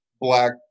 black